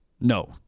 no